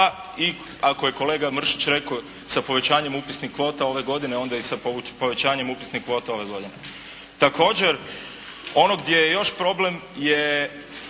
ako je kolega Mršić rekao sa povećanjem upisnim kvota ove godine onda i sa povećavanjem upisnih kvota ove godine. Također, ono gdje je još problem je